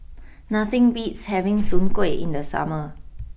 nothing beats having Soon Kway in the summer